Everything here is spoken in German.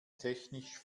technisch